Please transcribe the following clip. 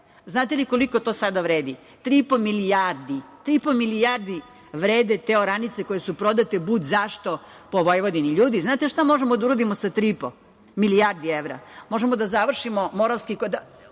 Znate li koliko to sada vredi? Tri i po milijarde vrede te oranice koje su prodate budzašto po Vojvodini. Ljudi, znate li šta možemo da uradimo sa 3,5 milijardi evra? Možemo da završimo Moravski koridor,